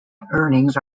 earnings